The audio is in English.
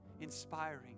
inspiring